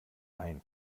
ein